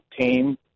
team